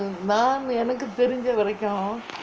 நா எனக்கு தெரிஞ்ச வரைக்கும்:naa enakku terinja varaikkum